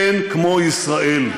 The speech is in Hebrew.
אין כמו ישראל.